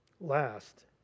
last